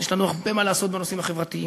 יש לנו הרבה מה לעבוד על הנושאים החברתיים,